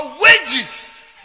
wages